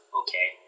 okay